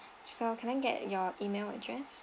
so can I get your email address